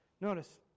Notice